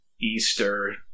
Easter